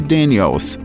Daniels